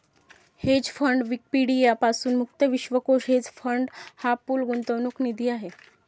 hedge fund Wikipedia पासून मुक्त विश्वकोश हेज फंड हा पूल गुंतवणूक निधी आहे